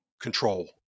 control